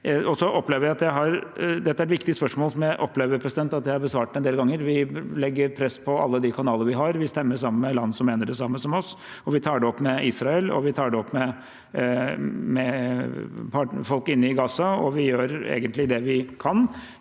jeg opplever at jeg har besvart en del ganger. Vi legger press gjennom alle de kanalene vi har, vi stemmer sammen med land som mener det samme som oss, vi tar det opp med Israel, og vi tar det opp med folk inne i Gaza. Vi gjør egentlig det vi kan.